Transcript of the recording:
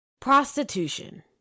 Prostitution